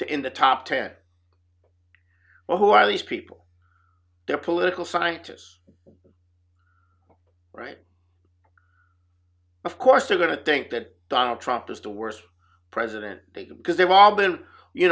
to in the top ten well who are these people their political scientists right of course are going to think that donald trump is the worst president because they've all been you